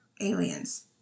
aliens